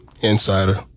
Insider